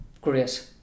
great